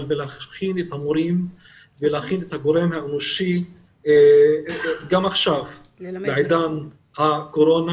בהכנת המורים ובהכנת הגורם האנושי גם עכשיו בעידן הקורונה.